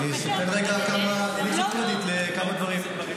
אני נותן קרדיט לכמה דברים.